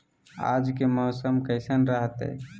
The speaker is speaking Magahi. आज के मौसम कैसन रहताई?